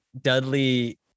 Dudley